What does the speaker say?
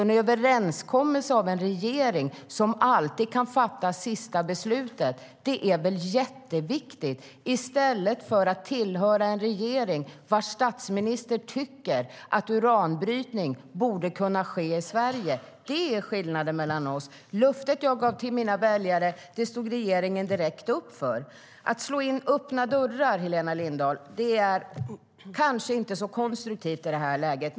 En överenskommelse av en regering, som alltid kan fatta sista beslutet, är viktig i stället för att tillhöra en regering vars statsminister tycker att uranbrytning borde kunna ske i Sverige. Det är skillnaden mellan oss. Det löfte jag gav till mina väljare stod regeringen direkt upp för. Att slå in öppna dörrar, Helena Lindahl, är kanske inte så konstruktivt i det här läget.